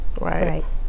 Right